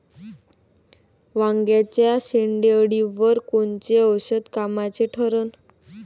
वांग्याच्या शेंडेअळीवर कोनचं औषध कामाचं ठरन?